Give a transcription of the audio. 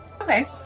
Okay